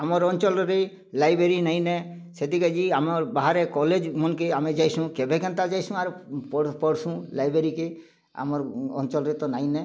ଆମର ଅଞ୍ଚଲରେ ଲାଇବ୍ରେରୀ ନାଇଁନେ ସେଥିକାଜି ଆମର୍ ବାହାରେ କଲେଜ୍ ମନ୍ କେ ଆମେ ଯାଇସୁଁ କେବେ କେନ୍ତା ଯାଇସୁଁ ଆର୍ ପଢ଼ ପଢ଼ସୁଁ ଲାଇବ୍ରେରୀ କେ ଆମର୍ ଅଞ୍ଚଲରେ ତ ନାଇଁନେ